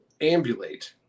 ambulate